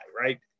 right